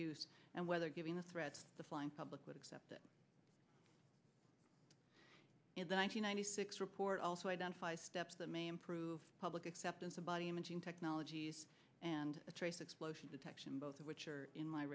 use and whether giving the threat the flying public would accept it in the ninety six report also identify steps that may improve public acceptance of body imaging technologies and trace explosive detection both of which are in my